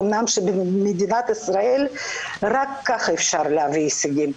למרות שבמדינת ישראל רק כך אפשר להביא הישגים,